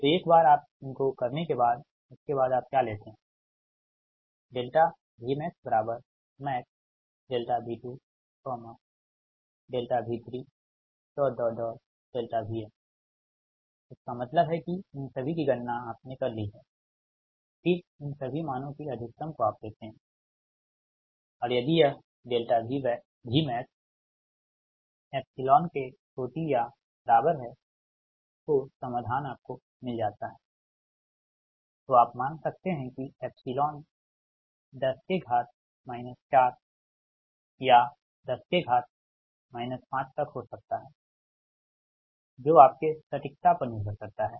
तो एक बार आप इनको करने के बाद उसके बाद आप क्या लेते हैं VmaxmaxV2V3Vnइसका मतलब है कि इन सभी की गणना आपने कर ली है फिर इन सभी मानों की अधिकतम को आप लेते है और यदि यह Vmax तो समाधान आपको मिल जाता है तो आप मान सकते हैं कि एप्सिलॉन 10 के घात माइनस 4 या 10 के घात माइनस 5 तक हो सकता है जो आपके सटीकता पर निर्भर करता है